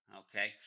okay